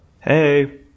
Hey